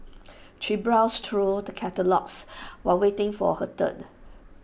she browsed through the catalogues while waiting for her turn